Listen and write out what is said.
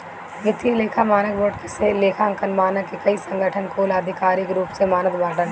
वित्तीय लेखा मानक बोर्ड के लेखांकन मानक के कई संगठन कुल आधिकारिक रूप से मानत बाटन